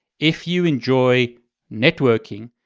if you enjoy networking,